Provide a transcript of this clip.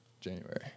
January